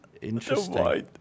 Interesting